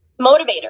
motivator